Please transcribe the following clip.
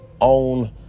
own